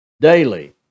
daily